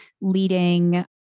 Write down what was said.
leading